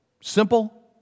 Simple